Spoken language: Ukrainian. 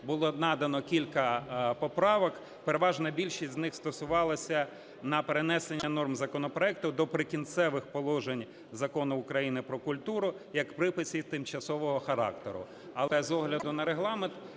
було надано кілька поправок. Переважна більшість з них стосувалася на перенесення норм законопроекту до "Прикінцевих положень" Закону України "Про культуру" як приписи тимчасового характеру.